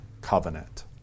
covenant